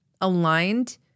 aligned